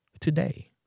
today